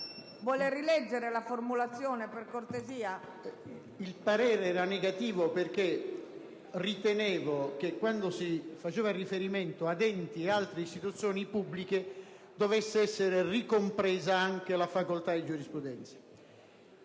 parere negativo perché ritenevo che quando si faceva riferimento ad «altri enti e istituzioni pubbliche» dovessero essere ricomprese anche le facoltà di giurisprudenza.